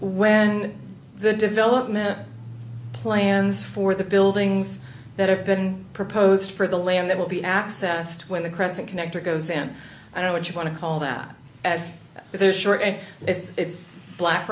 when the development plans for the buildings that have been proposed for the land that will be accessed when the crescent connector goes and i know what you want to call that as it is short and it's black